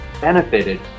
benefited